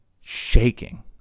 shaking